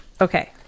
Okay